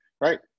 right